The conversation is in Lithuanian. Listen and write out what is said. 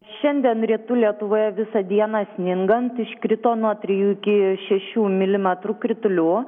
šiandien rytų lietuvoje visą dieną sningant iškrito nuo trijų iki šešių milimetrų kritulių